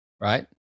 Right